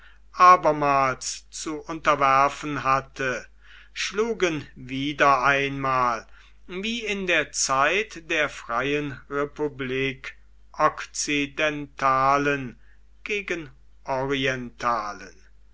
abermals zu unterwerfen hatte schlugen wieder einmal wie in der zeit der freien republik okzidentalen gegen